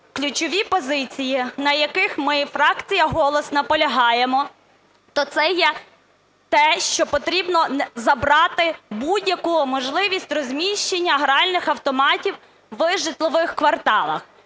ключові позиції, на яких ми, фракція "Голос", наполягаємо, то це є те, що потрібно забрати будь-яку можливість розміщення гральних автоматів в житлових кварталах.